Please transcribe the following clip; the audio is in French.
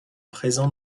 présents